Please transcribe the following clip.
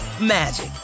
magic